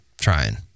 trying